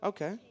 Okay